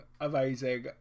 amazing